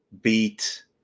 beat